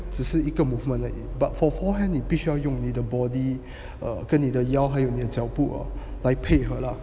只是一个 movement 而以 but for forehand 你必须要用你的 body err 跟你的腰还有你的脚步来配合了